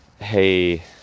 hey